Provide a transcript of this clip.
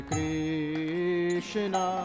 Krishna